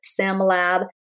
SimLab